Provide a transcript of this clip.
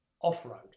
off-road